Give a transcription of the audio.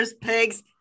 pigs